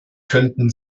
könnten